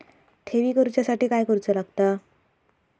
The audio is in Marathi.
ठेवी करूच्या साठी काय करूचा लागता?